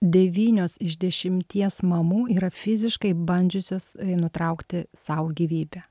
devynios iš dešimties mamų yra fiziškai bandžiusios nutraukti sau gyvybę